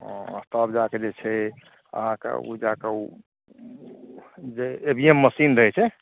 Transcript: तब जाके जे छै अहाँकेँ ओ जाके जे ई वी एम मशीन रहै छै